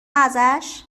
ازش